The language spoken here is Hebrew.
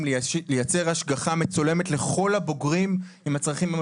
לייצר השגחה מצולמת לכל הבוגרים עם הצרכים.